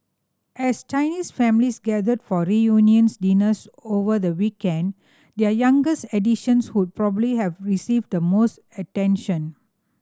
as Chinese families gathered for reunions dinners over the weekend their youngest additions would probably have received the most attention